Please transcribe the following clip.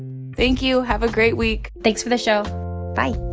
thank you. have a great week thanks for the show bye